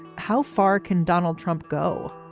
how far can donald trump go?